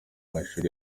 mashuri